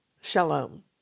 Shalom